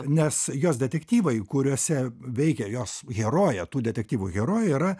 nes jos detektyvai kuriuose veikia jos herojė tų detektyvų herojė yra